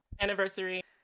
anniversary